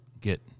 get